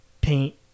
paint